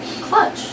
Clutch